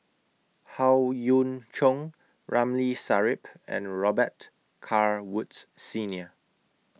Howe Yoon Chong Ramli Sarip and Robet Carr Woods Senior